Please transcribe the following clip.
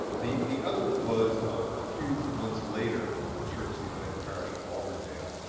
the the other was a few months later at my church, the united parish of auburndale,